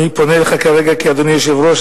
אני פונה אליך כרגע כאדוני היושב-ראש,